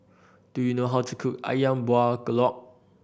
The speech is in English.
do you know how to cook Ayam Buah Keluak